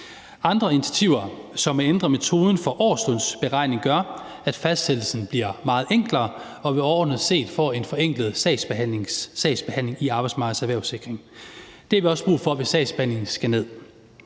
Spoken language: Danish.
Andre initiativer som at ændre metoden for årslønsberegning gør, at fastsættelsen bliver meget enklere, og at vi overordnet set får en forenklet sagsbehandling i Arbejdsmarkedets Erhvervssikring. Det har vi også brug for, hvis sagsbehandlingstiden skal ned.